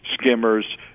skimmers